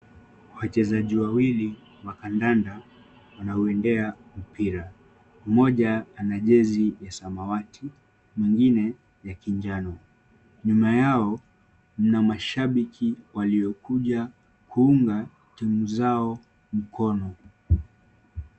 Wachezaji wawili, makandanda, wanaoendea mpira. Mmoja ana jezi ya samawati, mwingine ya kijano. Nyuma yao, mna mashabiki waliokuja kuunga timu zao mkono.